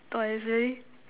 err is very